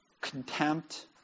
contempt